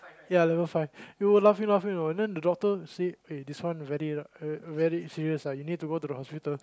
ya level five we were laughing laughing know and then the doctor say eh this one uh very serious ah you need to go to the hospital